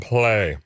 Play